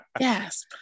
Yes